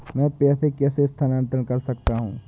मैं पैसे कैसे स्थानांतरण कर सकता हूँ?